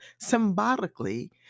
symbolically